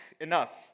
enough